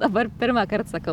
dabar pirmąkart sakau